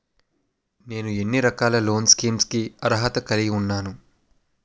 నేను ఎన్ని రకాల లోన్ స్కీమ్స్ కి అర్హత కలిగి ఉన్నాను?